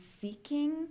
seeking